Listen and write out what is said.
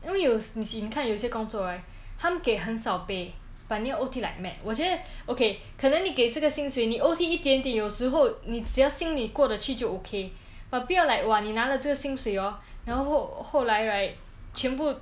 因为有 machine 你看有些有些工作 right 他们给很少 pay but 你要 O_T like mad 我觉得 okay 可能你给这个薪水你 O_T 一点点有时候你心里过得去就 okay but 不要 like !wah! 你拿了这个薪水 hor 然后后来 right 全部